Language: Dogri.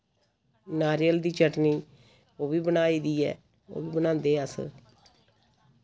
नारियल दी चटनी ओह् वि बनाई दी ऐ ओ बी बनांदे अस